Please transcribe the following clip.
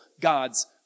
God's